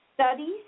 Studies